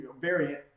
variant